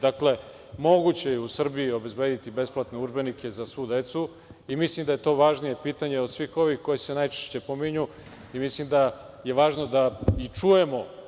Dakle, moguće je u Srbiji obezbediti besplatne udžbenike za svu decu i mislim da je to važnije pitanje od svih ovih koji se najčešće pominju i mislim da je važno da čujemo.